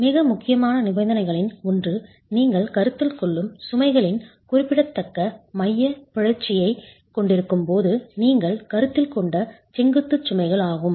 மிக முக்கியமான நிபந்தனைகளில் ஒன்று நீங்கள் கருத்தில் கொள்ளும் சுமைகளின் குறிப்பிடத்தக்க மையப் பிறழ்ச்சியை க் கொண்டிருக்கும் போது நீங்கள் கருத்தில் கொண்ட செங்குத்து சுமைகள் ஆகும்